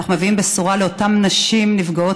אנחנו מביאים בשורה לאותן נשים נפגעות